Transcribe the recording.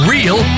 Real